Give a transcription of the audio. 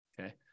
Okay